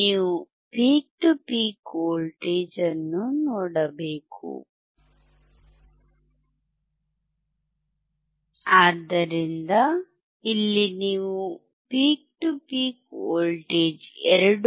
ನೀವು peak to peak voltage ಅನ್ನು ನೋಡಬೇಕು ಆದ್ದರಿಂದ ಇಲ್ಲಿ ನೀವು ಪೀಕ್ ಟು ಪೀಕ್ ವೋಲ್ಟೇಜ್ 2